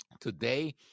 Today